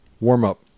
warm-up